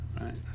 right